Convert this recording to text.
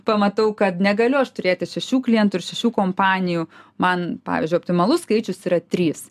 pamatau kad negaliu aš turėti šešių klientų ir šešių kompanijų man pavyzdžiui optimalus skaičius yra trys